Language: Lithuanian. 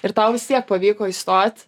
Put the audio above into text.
ir tau vis tiek pavyko įstot